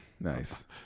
Nice